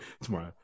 tomorrow